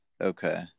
Okay